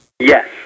Yes